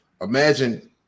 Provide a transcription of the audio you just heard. Imagine